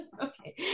okay